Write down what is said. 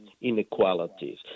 inequalities